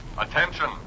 Attention